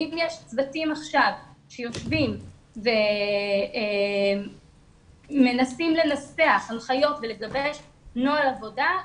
אם יש עכשיו צוותים שיושבים ומנסים לנסח הנחיות ולגבש נוהל עבודה,